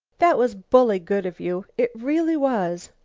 that was bully good of you. it really was.